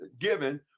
given